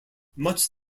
much